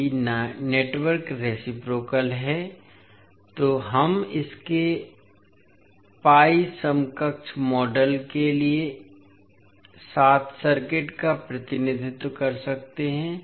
यदि network reciprocal है तो हम इसके पाई समकक्ष मॉडल के साथ सर्किट का प्रतिनिधित्व कर सकते हैं